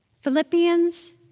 Philippians